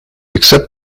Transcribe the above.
except